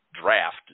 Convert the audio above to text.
draft